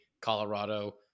Colorado